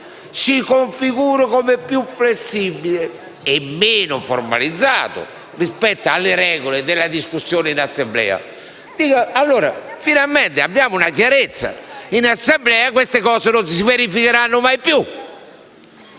si configura come più flessibile e meno formalizzato rispetto alle regole della discussione in Assemblea», mi dico che finalmente abbiamo fatto chiarezza e che in Assemblea queste cose non si verificheranno mai più.